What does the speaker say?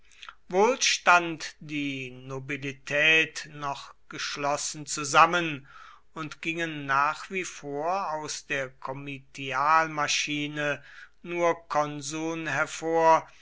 wohl stand die nobilität noch geschlossen zusammen und gingen nach wie vor aus der komitialmaschine nur konsuln hervor